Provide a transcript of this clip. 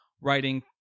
writing